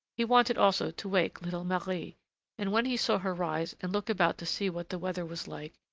he wanted also to wake little marie and when he saw her rise and look about to see what the weather was like,